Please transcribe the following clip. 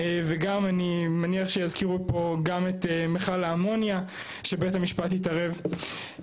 וגם אני מניח שיזכירו פה גם את מיכל האמונייה שבית המשפט התערב.